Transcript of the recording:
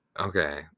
Okay